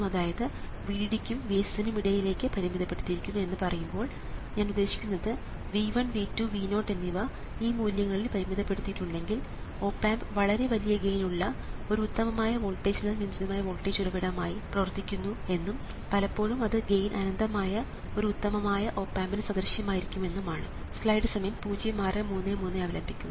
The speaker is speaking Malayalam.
ഇതിലേക്ക് പരിമിതപ്പെടുത്തിയിരിക്കുന്നു അതായത് VDD യ്ക്കും VSS നും ഇടയിലേക്ക് പരിമിതപ്പെടുത്തിയിരിക്കുന്നു എന്ന് പറയുമ്പോൾ ഞാൻ ഉദ്ദേശിക്കുന്നത് V1 V2 V0 എന്നിവ ഈ മൂല്യങ്ങളിൽ പരിമിതപ്പെടുത്തിയിട്ടുണ്ടെങ്കിൽ ഓപ് ആമ്പ് വളരെ വലിയ ഗെയിൻ ഉള്ള ഒരു ഉത്തമമായ വോൾട്ടേജിനാൽ നിയന്ത്രിതമായ വോൾട്ടേജ് ഉറവിടം പോലെയാണ് പ്രവർത്തിക്കുന്നത് എന്നും പലപ്പോഴും അത് ഗെയിൻ അനന്തമായ ഒരു ഉത്തമമായ ഓപ് ആമ്പിന് സദൃശ്യമായിരിക്കുമെന്നും ആണ്